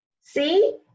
See